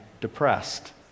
depressed